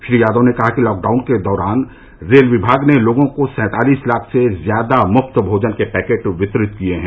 श्री यादव ने कहा कि लॉकडाउन के दौरान रेल विभाग ने लोगों को सैंतालीस लाख से ज्यादा मुफ्त भोजन के पैकेट वितरित किये हैं